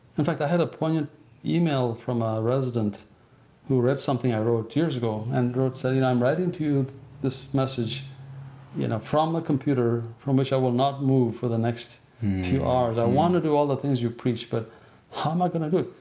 in fact, i had a poignant email from a resident who read something i wrote years ago and wrote saying, i'm writing to you this message from a computer from which i will not move for the next two hours. i want to do all the things you've preached, but how am i gonna do it?